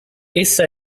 essa